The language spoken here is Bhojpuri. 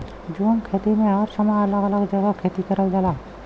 झूम खेती में हर समय अलग अलग जगह खेती करल जाला